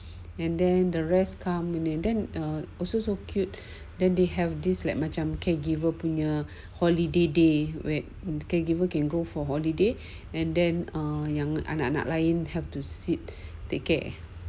and then the rest come in and then err also so cute then they have this like macam caregiver punya holiday they wait and caregiver can go for holiday and then anak-anak lain have to sit take care